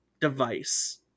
device